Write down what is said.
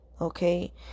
okay